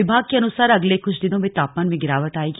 विभाग के अनुसार अगले कुछ दिनों में तापमान में गिरावट आएगी